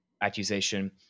accusation